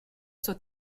soit